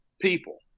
people